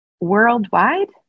worldwide